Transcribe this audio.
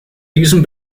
diesen